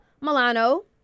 Milano